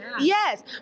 Yes